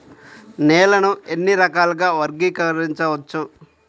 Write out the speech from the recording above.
నేలని ఎన్ని రకాలుగా వర్గీకరించవచ్చు?